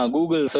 Google